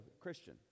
Christian